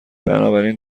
بنابراین